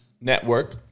Network